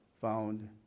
found